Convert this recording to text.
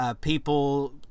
People